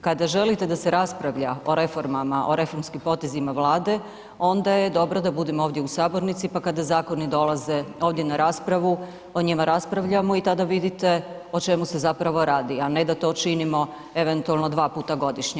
Kada želite da se raspravlja o reformama o reformskim potezima Vlade onda je dobro da budemo ovdje u sabornici pa kada zakoni dolaze ovdje na raspravu o njima raspravljamo i tada vidite o čemu se zapravo radi, a ne da to činimo eventualno 2 puta godišnje.